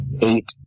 eight